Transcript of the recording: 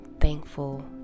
thankful